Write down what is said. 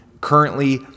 currently